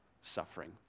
suffering